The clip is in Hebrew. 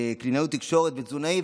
קלינאות תקשורת ותזונאי,